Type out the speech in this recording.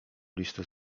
listę